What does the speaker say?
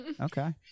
Okay